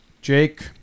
Jake